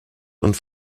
und